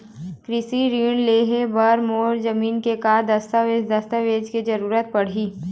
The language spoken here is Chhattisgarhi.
कृषि ऋण लेहे बर मोर जमीन के का दस्तावेज दस्तावेज के जरूरत पड़ही?